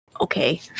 Okay